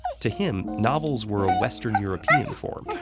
to him, novels were a western european form.